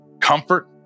comfort